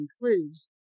includes